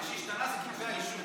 מה שהשתנה זה כתבי האישום.